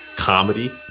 comedy